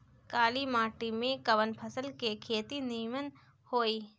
काली माटी में कवन फसल के खेती नीमन होई?